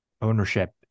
ownership